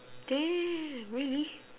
damn really